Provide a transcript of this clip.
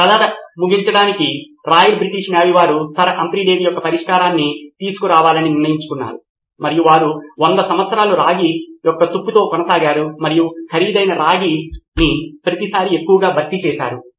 professor కానీ మనం సమస్యల గురించి మాట్లాడుతున్నప్పటి నుండి నా నోట్స్ యొక్క ఈ చిత్రాలు వాస్తవానికి ఎలా పని చేస్తాయో నేను చూడటం లేదు నా ఉద్దేశ్యం ఏమిటంటే మీ అసలు సమస్య ఏమిటంటే నేను నోట్స్ యొక్క చాలా మార్పిడిలను జోడిస్తే ఓహ్ గాడ్ ఇది వాస్తవానికి దారి తీస్తోంది తరగతిలో ఏమి జరుగుతుందో గుర్తించడానికి ముందు నేను ఈ నోట్స్న్నింటినీ చూడాలి